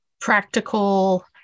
practical